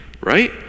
right